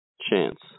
chance